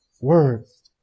words